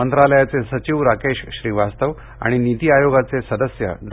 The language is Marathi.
मंत्रालयाचे सचिव राकेश श्रीवास्तव आणि नीती आयोगाचे सदस्य डॉ